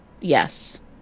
Yes